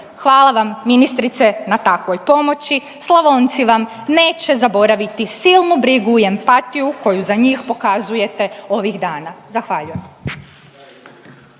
Hvala vam ministrice na takvoj pomoći, Slavonci vam neće zaboraviti silnu brigu i empatiju koju za njih pokazujete ovih dana. Zahvaljujem.